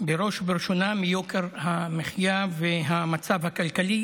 בראש ובראשונה מיוקר המחיה והמצב הכלכלי,